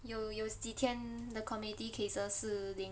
you use 几天 the community cases si ling